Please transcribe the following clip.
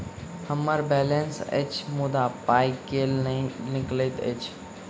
हम्मर बैलेंस अछि मुदा पाई केल नहि निकलैत अछि?